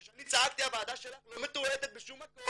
וכשאני צעקתי הוועדה שלך לא מתועדת בשום מקום,